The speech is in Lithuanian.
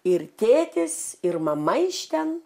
ir tėtis ir mama iš ten